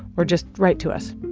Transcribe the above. or just write to us,